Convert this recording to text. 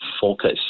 focus